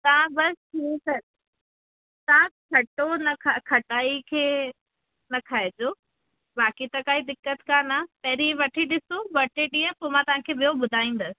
तव्हां बसि ही कर तव्हां खटो न खटाई खे न खाइजो बाक़ी त काई दिक़तु कोन्ह आ्हे पहिरीं वठी ॾिसो ॿ टे ॾींहं पोइ मां तव्हांखे ॿियो ॿुधाईंदसि